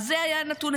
בנוסף,